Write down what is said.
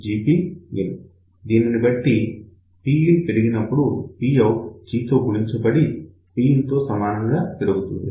Pin దీనిని బట్టి Pin పెరిగినప్పుడు Pout G తో గుణించబడి Pin తో సమానంగా పెరుగుతుంది